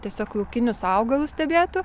tiesiog laukinius augalus stebėtų